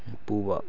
ꯄꯨꯕ